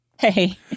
Hey